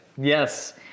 yes